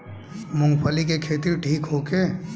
मूँगफली के खेती ठीक होखे?